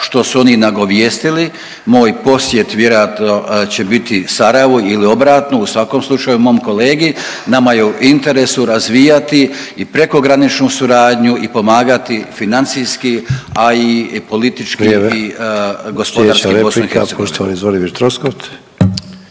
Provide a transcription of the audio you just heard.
što su oni i nagovijestili. Moj posjet vjerojatno će biti Sarajevu ili obratno, u svakom slučaju mom kolegi. Nama je u interesu razvijati i prekograničnu suradnju i pomagati financijski a i politički …/Upadica: Vrijeme./…